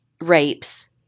rapes